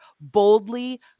boldly